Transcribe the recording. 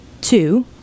two